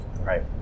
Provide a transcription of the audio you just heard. right